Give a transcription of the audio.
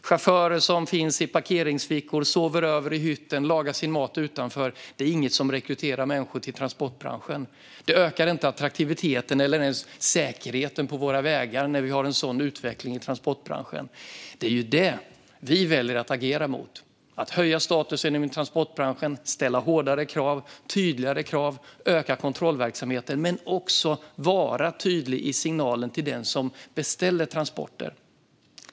Chaufförer som står i parkeringsfickor, sover över i hytten och lagar sin mat utanför är inget som rekryterar människor till transportbranschen. Det ökar inte attraktiviteten eller ens säkerheten på våra vägar när vi har en sådan utveckling i transportbranschen. Det är detta vi väljer att agera mot genom att höja transportbranschens status, ställa hårdare och tydligare krav och öka kontrollverksamheten men också vara tydlig i signalen till den som beställer transporter.